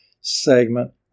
segment